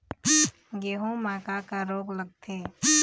गेहूं म का का रोग लगथे?